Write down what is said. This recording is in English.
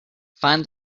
find